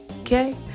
okay